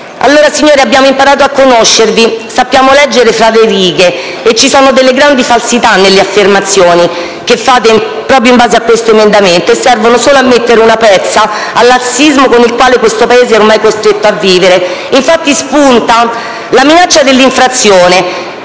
vista. Signori, abbiamo imparato a conoscervi. Sappiamo leggere tra le righe e ci sono delle grande falsità nelle affermazioni che fate proprio in base a questo emendamento, che servono solo a mettere una pezza al lassismo in cui questo Paese è ormai costretto a vivere. Infatti, spunta la minaccia dell'infrazione